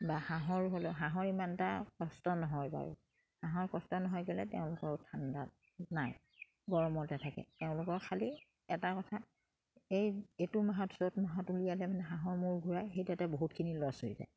বা হাঁহৰ হ'লেও হাঁহৰ ইমান এটা কষ্ট নহয় বাৰু হাঁহৰ কষ্ট নহয় কেলে তেওঁলোকৰো ঠাণ্ডা নাই গৰমতে থাকে তেওঁলোকৰ খালি এটা কথা এইটো মাহত চ'ত মাহত উলিয়ালে মানে হাঁহৰ মূৰ ঘূৰাই সেইটো এটা বহুতখিনি লছ হৈ যায়